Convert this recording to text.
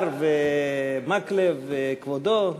בר, מקלב וכבודו.